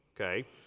okay